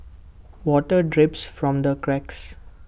water drips from the cracks